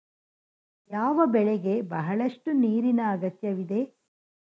ಯಾವ ಬೆಳೆಗೆ ಬಹಳಷ್ಟು ನೀರಿನ ಅಗತ್ಯವಿದೆ?